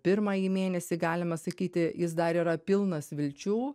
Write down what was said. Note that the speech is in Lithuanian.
pirmąjį mėnesį galima sakyti jis dar yra pilnas vilčių